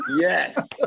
Yes